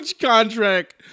contract